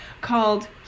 called